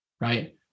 right